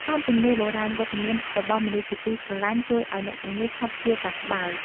តាមជំនឿបុរាណ វត្តមានរបស់មនុស្សជាទីស្រឡាញ់ជួយឱ្យអ្នកជំងឺឆាប់ជាសះស្បើយ។